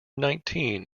nineteen